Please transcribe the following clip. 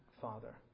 Father